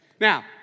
Now